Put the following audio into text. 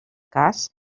cas